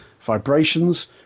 vibrations